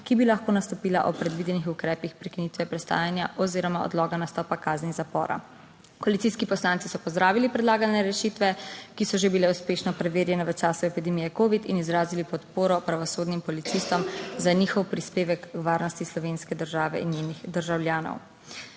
ki bi lahko nastopila ob predvidenih ukrepih prekinitve prestajanja oziroma odloga nastopa kazni zapora. Koalicijski poslanci so pozdravili predlagane rešitve, ki so že bile uspešno preverjene v času epidemije covid in izrazili podporo pravosodnim policistom za njihov prispevek k varnosti slovenske države in njenih državljanov.